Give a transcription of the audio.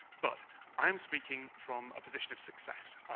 but i am speaking from a position of success.